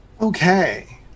Okay